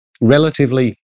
relatively